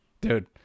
dude